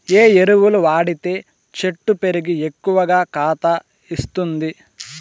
ఏ ఎరువులు వాడితే చెట్టు పెరిగి ఎక్కువగా కాత ఇస్తుంది?